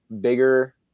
bigger